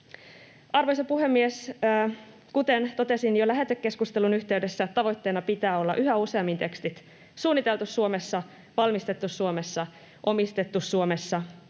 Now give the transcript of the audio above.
Arvoisa puhemies! Kuten totesin jo lähetekeskustelun yhteydessä, tavoitteena pitää olla yhä useammin tekstit ”suunniteltu Suomessa”, ”valmistettu Suomessa” ja ”omistettu Suomessa”.